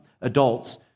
adults